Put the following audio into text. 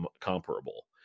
comparable